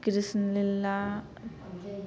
Krishna Leela